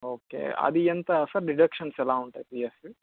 okay అది ఎంతా sir deductions ఎలా ఉంటాయి పిఎఫ్వి